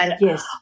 Yes